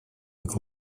как